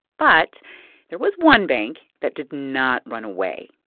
but there was one bank that did not run away.